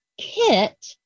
kit